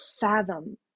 fathom